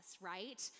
right